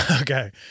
Okay